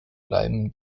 bleiben